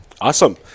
Awesome